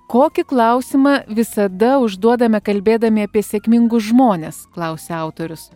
kokį klausimą visada užduodame kalbėdami apie sėkmingus žmones klausia autorius